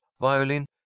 violin